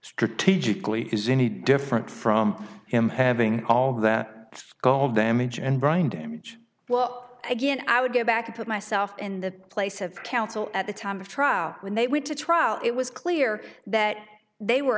strategically is any different from him having all of that skull damage and brain damage well again i would go back to put myself in the place of counsel at the time of trial when they went to trial it was clear that they were